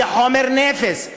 זה חומר נפץ.